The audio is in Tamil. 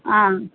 ஆ